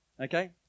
Okay